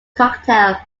cocktail